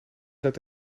dat